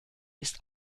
ist